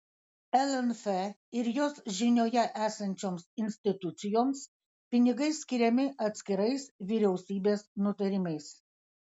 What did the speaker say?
lnf ir jos žinioje esančioms institucijoms pinigai skiriami atskirais vyriausybės nutarimais